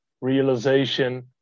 realization